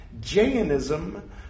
Jainism